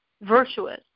virtuous